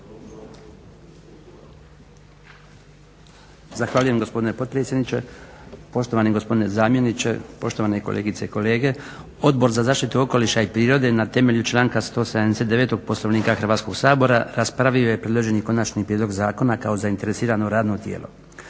Zahvaljujem gospodine potpredsjedniče, poštovani gospodine zamjeniče, poštovane kolegice i kolege. Odbor za zaštitu okoliša i prirode na temelju članka 179. Poslovnika Hrvatskog sabora raspravio je predloženi konačni prijedlog zakona kao zainteresirano radno tijelo.